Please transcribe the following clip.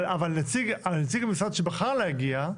אבל נציג המשרד שבחר להגיע,